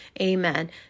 Amen